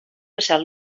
passat